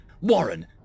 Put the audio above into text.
Warren